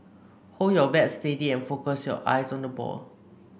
hold your bat steady and focus your eyes on the ball